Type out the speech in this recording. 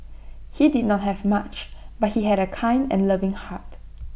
he did not have much but he had A kind and loving heart